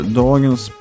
dagens